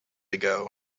ago